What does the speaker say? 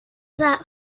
that